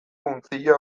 untzilla